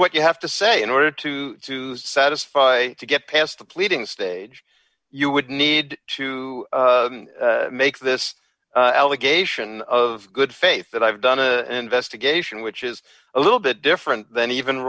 what you have to say in order to satisfy to get past the pleading stage you would need to make this allegation of good faith that i've done a investigation which is a little bit different than even